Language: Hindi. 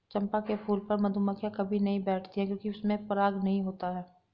चंपा के फूल पर मधुमक्खियां कभी नहीं बैठती हैं क्योंकि इसमें पराग नहीं होता है